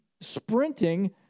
sprinting